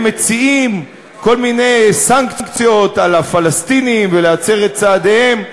מציעים כל מיני סנקציות על הפלסטינים ולהצר את צעדיהם.